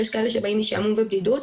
יש כאלה שבאים משעמום ובדידות,